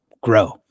grow